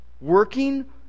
Working